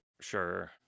Sure